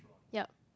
yup